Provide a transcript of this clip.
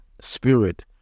spirit